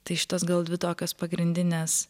tai šitos gal dvi tokios pagrindinės